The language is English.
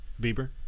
Bieber